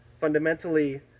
Fundamentally